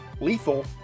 lethal